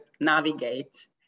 navigate